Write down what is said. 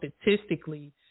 statistically